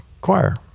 Choir